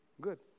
good